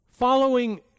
Following